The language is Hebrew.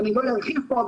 לא נרחיב פה,